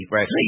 Right